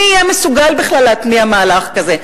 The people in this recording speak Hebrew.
מי יהיה מסוגל בכלל להתניע מהלך כזה?